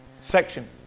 section